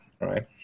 Right